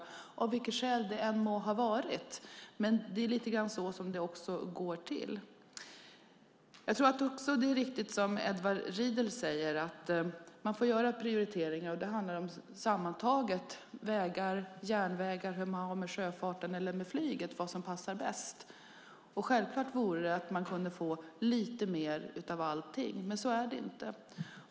Jag tror att det är riktigt som Edward Riedl säger att man får göra prioriteringar för vad som sammantaget passar bäst för vägar, järnvägar, sjöfart och flyg. Det bästa vore självklart om man kunde få lite mer av allt, men så är det inte.